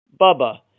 Bubba